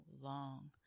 long